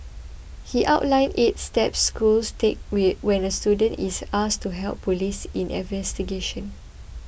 he outlined eight steps schools take when a student is asked to help police in investigations